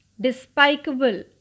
despicable